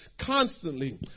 constantly